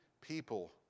people